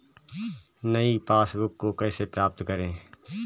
नई पासबुक को कैसे प्राप्त करें?